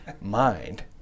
mind